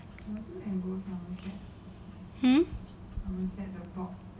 hmm